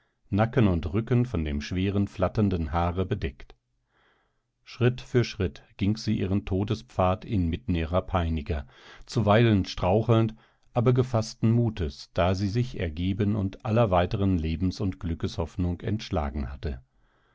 nacken und rücken von dem schweren flatternden haare bedeckt schritt für schritt ging sie ihren todespfad inmitten ihrer peiniger zuweilen strauchelnd aber gefaßten mutes da sie sich ergeben und aller weiteren lebens und glückeshoffnung entschlagen hatte